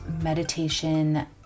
meditation